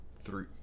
Three